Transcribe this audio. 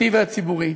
הפרטי והציבורי,